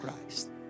Christ